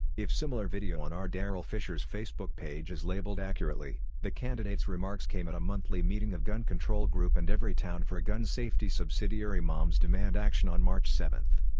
if similar video on r. daryl fisher's facebook page is labeled accurately, the candidate's remarks came at a monthly meeting of gun control group and everytown for gun safety subsidiary moms demand action on march seven.